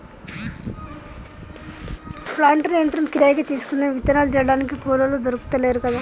planter యంత్రం కిరాయికి తీసుకుందాం విత్తనాలు జల్లడానికి కూలోళ్లు దొర్కుతలేరు కదా